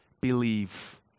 believe